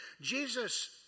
Jesus